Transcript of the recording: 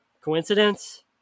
coincidence